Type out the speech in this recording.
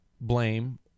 blame